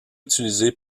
utilisé